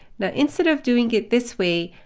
now, instead of doing it this way,